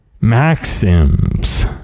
Maxims